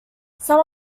some